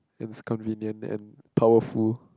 it's convenient and powerful